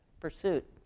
pursuit